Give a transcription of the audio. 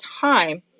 time